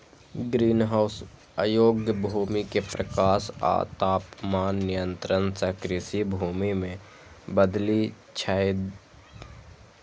greenhouse अयोग्य भूमि कें प्रकाश आ तापमान नियंत्रण सं कृषि भूमि मे बदलि दै छै